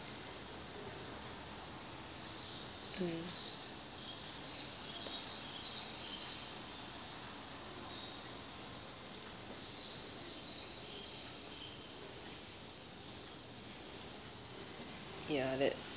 mm ya that